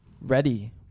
Ready